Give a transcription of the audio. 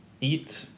eat